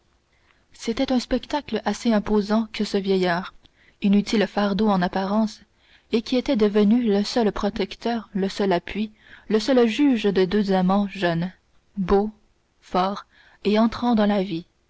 c'était un spectacle assez imposant que ce vieillard inutile fardeau en apparence et qui était devenu le seul protecteur le seul appui le seul juge de deux amants jeunes beaux forts et entrant dans la vie